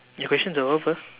your questions are over